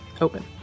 open